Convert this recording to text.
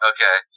Okay